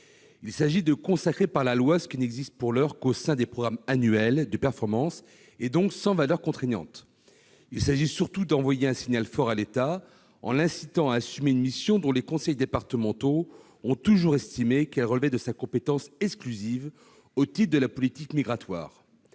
Il s'agit de consacrer par la loi ce qui n'existe pour l'heure qu'au sein des programmes annuels de performance et n'a donc pas de valeur contraignante. Il s'agit surtout d'envoyer un signal fort à l'État au sujet de cette mission : les conseils départementaux ont toujours estimé qu'elle relevait de sa compétence exclusive, au titre de la politique migratoire,